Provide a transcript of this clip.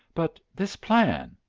but this plan?